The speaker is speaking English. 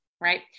right